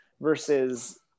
versus